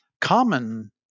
Common